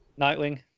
Nightwing